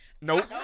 Nope